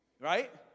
Right